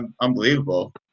unbelievable